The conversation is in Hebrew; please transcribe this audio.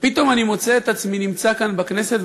ופתאום אני מוצא את עצמי נמצא כאן בכנסת,